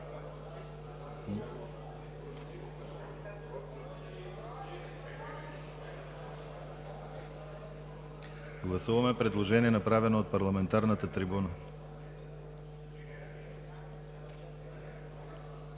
Гласуваме предложение, направено от парламентарната трибуна.